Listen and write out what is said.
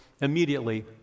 immediately